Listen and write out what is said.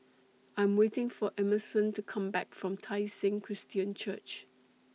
I Am waiting For Emerson to Come Back from Tai Seng Christian Church